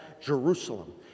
Jerusalem